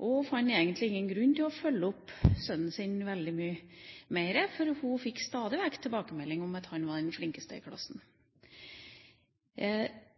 Hun fant egentlig ingen grunn til å følge opp sønnen sin veldig mye mer, for hun fikk stadig vekk tilbakemeldinger om at han var den flinkeste